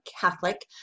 Catholic